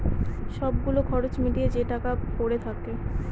সব গুলো খরচ মিটিয়ে যে টাকা পরে থাকে